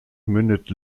mündet